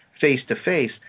face-to-face